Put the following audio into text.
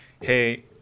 hey